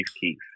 Keith